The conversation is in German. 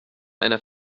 einer